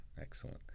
Excellent